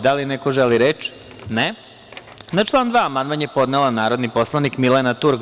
Da li neko želi reč? (Ne) Na član 2. amandman je podnela narodni poslanik Milena Turk.